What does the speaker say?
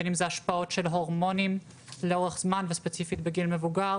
בין אם זה השפעה של הורמונים לאורך זמן וספציפית בגיל מבוגר